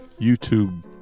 YouTube